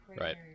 right